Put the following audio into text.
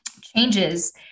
changes